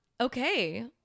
okay